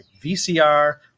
VCR